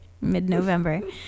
mid-November